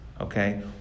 Okay